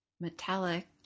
metallic